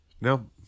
No